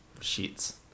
sheets